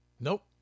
Nope